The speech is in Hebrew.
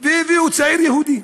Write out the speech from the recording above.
והביאו צעיר יהודי,